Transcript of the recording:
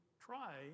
try